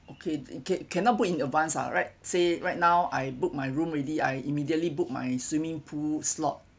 okay cannot cannot book in advance ah right say right now I book my room already I immediately booked my swimming pool slot